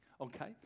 Okay